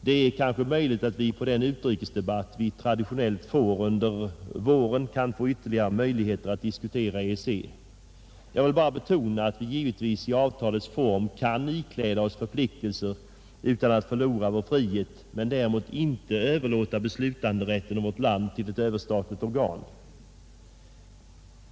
Det är kanske möjligt att vi vid den utrikesdebatt vi traditionellt får under våren kan få ytterligare möjligheter att diskutera EEC. Jag vill bara betona att vi givetvis i avtalets form kan ikläda oss förpliktelser utan att förlora vår frihet men däremot inte överlåta beslutanderätten om vårt land till ett överstatligt organ.